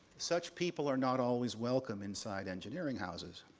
such people are not always welcome inside engineering houses.